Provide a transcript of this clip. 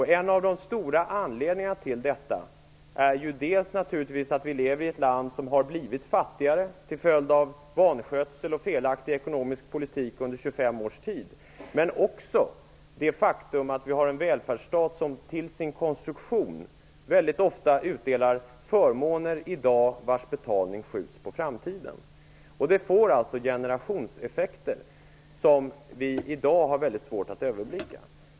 En av de stora anledningarna till detta är att vi lever i ett land som har blivit fattigare till följd av vanskötsel och felaktig ekonomisk politik under 25 års tid. Men det beror också på det faktum att vi har en välfärdsstat som till sin konstruktion mycket ofta utdelar förmåner i dag vars betalning skjuts på framtiden. Det får alltså generationseffekter som vi i dag har mycket svårt att överblicka.